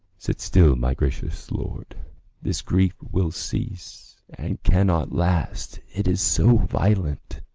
sit still, my gracious lord this grief will cease, and cannot last, it is so violent.